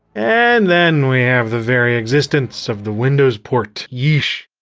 and then we have the very existence of the windows port, yeesh.